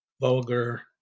vulgar